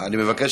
אני מבקש,